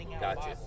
Gotcha